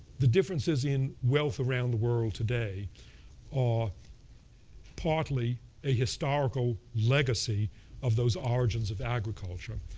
the differences in wealth around the world today are partly a historical legacy of those origins of agriculture.